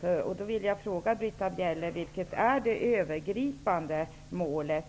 Jag vill fråga Britta Bjelle: Vilket är det övergripande målet?